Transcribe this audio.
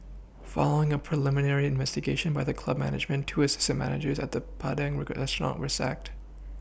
following a preliminary investigation by the club management two assistant managers at the Padang restaurant were sacked